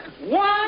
One